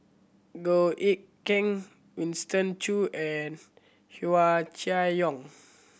Goh Eck Kheng Winston Choo and Hua Chai Yong